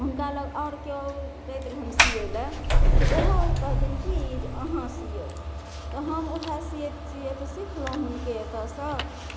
हुनका लग आर केओ दैत रहनि सिएलए तऽ ओहो कहथिन कि जे अहाँ सिऔ तऽ हम वएह सिएत सिएत सिखलहुँ हुनके एतऽसँ